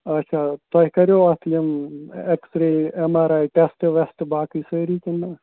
اَچھا تۄہہِ کَریوا اَتھ یِم X ray M R I ٹیٚسٹہٕ ویٚسٹہٕ باقٕے سٲری کِنہٕ نہٕ